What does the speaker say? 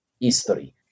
history